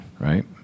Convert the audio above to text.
Right